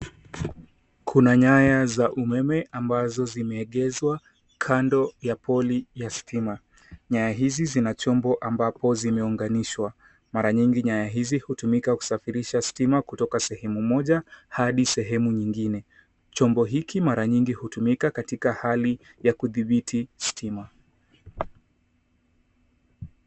Kuna nyaya za umeme ambazo zimeegeshwa kando ya poli ya stima. Nyaya hizi zina chombo ambapo zimeunganishwa. Mara nyingi nyaya hizi hutumika kusafirisha stima kutoka sehemu moja hadi sehemu nyingine. Chombo hiki mara nyingi hutumika katika hali ya kudhibiti stima.